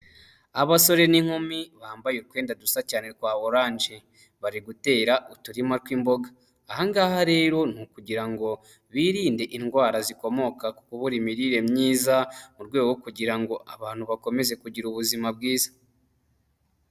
Abasore n'inkumi bambaye utwenda dusa cyane twa orange bari gutera uturima tw'imboga ahangaha rero kugira ngo birinde indwara zikomoka kukubura imirire myiza mu rwego rwo kugirango abantu bakomeze kugira ubuzima bwiza.